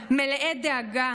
מלאי דאגה.